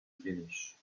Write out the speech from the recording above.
finish